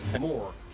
more